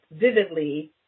vividly